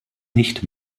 nicht